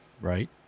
Right